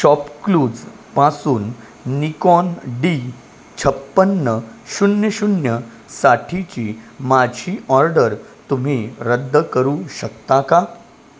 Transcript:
शॉपक्लूजपासून Nikon D छपन्न शून्य शून्यसाठीची माझी ऑर्डर तुम्ही रद्द करू शकता का